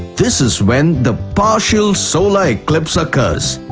this is when the partial solar eclipse occurs,